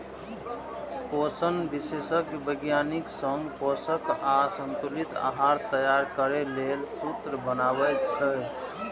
पोषण विशेषज्ञ वैज्ञानिक संग पोषक आ संतुलित आहार तैयार करै लेल सूत्र बनाबै छै